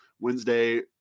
Wednesday